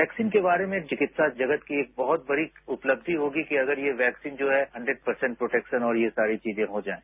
vaccine के बारे में चिकित्सा जगत की एक बहुत बड़ी उपलब्धि होगी कि अगर ये वैक्सीन जो है हंड्रेट परसेंट प्रोटेक्शन और ये सारी चीजें हो जाये